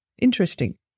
interesting